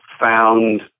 found